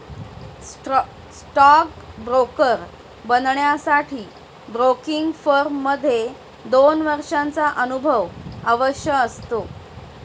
stock broker बनण्यासाठी broking firm मध्ये दोन वर्षांचा अनुभव आवश्यक असतो